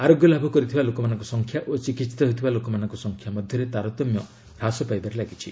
ଆରୋଗ୍ୟ ଲାଭ କରିଥିବା ଲୋକମାନଙ୍କ ସଂଖ୍ୟା ଓ ଚିକିିିିିତ ହେଉଥିବା ଲୋକମାନଙ୍କ ସଂଖ୍ୟା ମଧ୍ୟରେ ତାରତମ୍ୟ ହ୍ରାସ ପାଇବାରେ ଲାଗିଛି